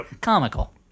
comical